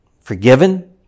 forgiven